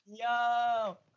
yo